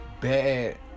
bad